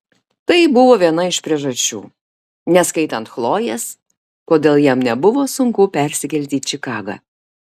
tai buvo viena iš priežasčių neskaitant chlojės kodėl jam nebuvo sunku persikelti į čikagą